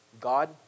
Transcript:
God